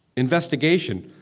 investigation,